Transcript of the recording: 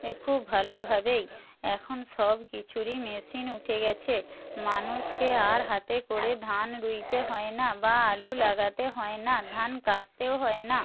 এ খুব ভালোভাবেই এখন সব কিছুরই মেশিন উঠে গিয়েছে মানুষকে আর হাতে করে ধান রুইতে হয় না বা আলু লাগাতে হয় না ধান কাটতেও হয় না